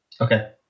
Okay